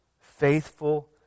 faithful